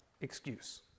excuse